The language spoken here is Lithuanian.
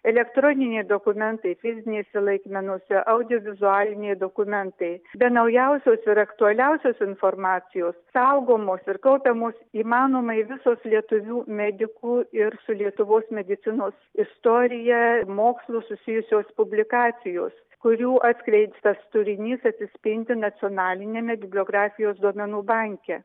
elektroniniai dokumentai fizinėse laikmenose audiovizualiniai dokumentai be naujausios ir aktualiausios informacijos saugomos ir kaupiamos įmanomai visos lietuvių medikų ir su lietuvos medicinos istorija mokslu susijusios publikacijos kurių atskleistas turinys atsispindi nacionaliniame bibliografijos duomenų banke